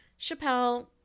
chappelle